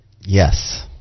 Yes